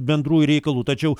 bendrų reikalų tačiau